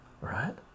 right